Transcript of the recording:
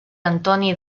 antoni